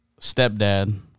Stepdad